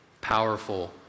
powerful